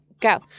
go